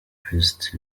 pst